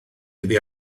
iddi